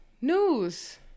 news